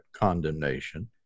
condemnation